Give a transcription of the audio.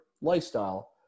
lifestyle